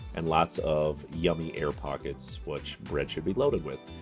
and lots of yummy air pockets, which bread should be loaded with.